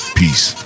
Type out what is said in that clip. peace